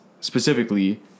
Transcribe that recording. specifically